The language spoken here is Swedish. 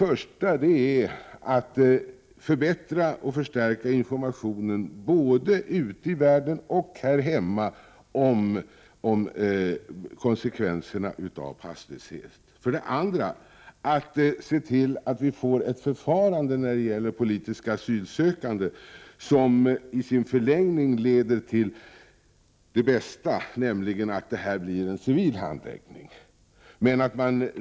För det första gäller det att förbättra och förstärka informationen, både ute i världen och här hemma, om konsekvenserna av passlöshet. För det andra gäller det att se till att vi får ett förfarande när det gäller politiska asylsökande som i sin förlängning leder till det bästa, nämligen att det här blir en civil handling.